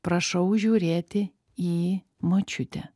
prašau žiūrėti į močiutę